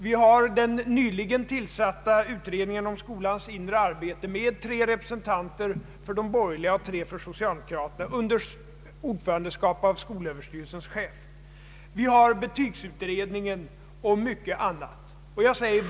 Vi har den nyligen tillsatta utredningen om skolans inre arbete med tre representanter för de borgerliga och tre för socialdemokraterna under ord förandeskap av skolöverstyrelsens chef. Vi har betygsutredningen och mycket annat.